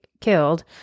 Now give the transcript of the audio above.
killed